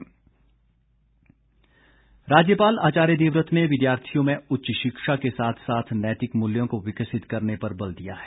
सम्मान समारोह राज्यपाल आचार्य देवव्रत ने विद्यार्थियों में उच्च शिक्षा के साथ साथ नैतिक मूल्यों को विकसित करने पर बल दिया है